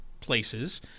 places